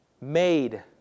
made